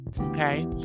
Okay